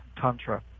Tantra